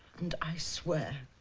and i swear